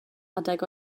adeg